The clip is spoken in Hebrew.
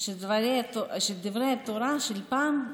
של דברי התורה של פעם,